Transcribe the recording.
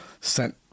sent